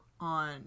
on